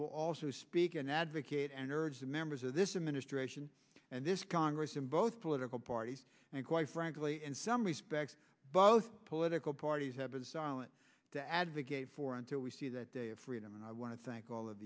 will also speak an advocate and urge the members of this administration and this congress in both political parties and quite frankly in some respects both political parties have been silent to advocate for until we see that day of freedom and i want to thank all of